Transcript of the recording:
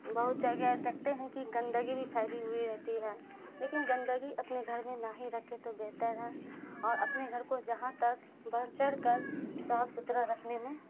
بہت جگہ دیکھتے ہیں کہ گندگی بھی پھیلی ہوئی رہتی ہے لیکن گندگی اپنے گھر میں نہ ہی رکھ کے تو بہتر ہے اور اپنے گھر کو جہاں تک بڑھ چڑھ کر صاف ستھرا رکھنے میں